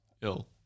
Ill